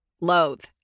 Loathe